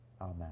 Amen